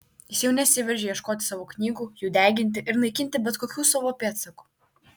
jis jau nesiveržė ieškoti savo knygų jų deginti ir naikinti bet kokių savo pėdsakų